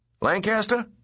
Lancaster